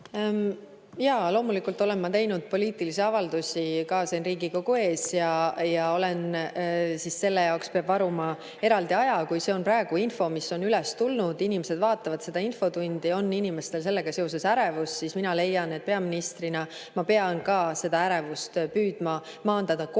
Jaa, loomulikult olen ma teinud poliitilisi avaldusi ka siin Riigikogu ees, aga selle jaoks peab varuma eraldi aja. Kui see on praegu info, mis on üles tulnud, inimesed vaatavad seda infotundi, inimestel on sellega seoses ärevus, siis mina leian, et peaministrina ma pean ka seda ärevust püüdma maandada kohe,